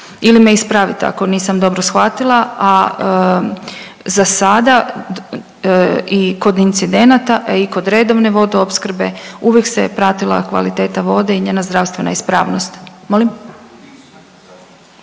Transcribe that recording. ili me ispravite ako nisam dobro shvatila, a za sada i kod incidenata i kod redovne vodoopskrbe uvijek se je pratila kvaliteta vode i njena zdravstvena ispravnost.